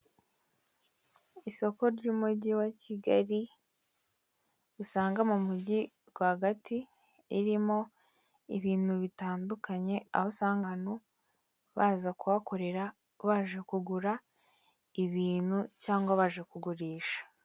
Isoko ry'umugi wa Kigali, dusanga mu mugi rwagati, irimo ibintu bitandukanye, aho usanga abantu baza kuhakorera, baje kugura ibintu cyangwa baje kugurisha.